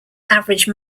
average